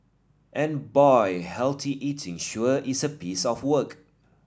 and boy healthy eating sure is a piece of work